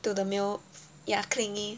to the male ya clingy